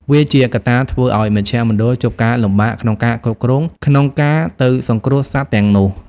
វាជាកត្តាធ្វើឱ្យមជ្ឈមណ្ឌលជួបការលំបាកក្នុងការគ្រប់គ្រង ក្នុងការទៅសង្គ្រោះសត្វទាំងនោះ។